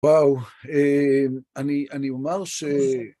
וואו, אני אומר ש...